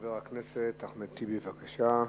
חבר הכנסת אחמד טיבי, בבקשה.